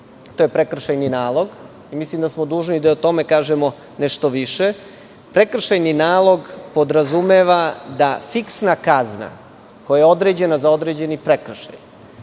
to je prekršajni nalog. Mislim da smo dužni da i o tome kažemo nešto više. Prekršajni nalog podrazumeva da fiksna kazna, koja je određena za određeni prekršaj,